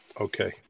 Okay